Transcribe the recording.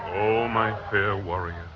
o my fair warrior!